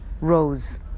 rose